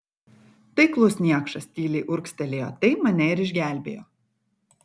taiklus niekšas tyliai urgztelėjo tai mane ir išgelbėjo